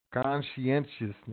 Conscientiousness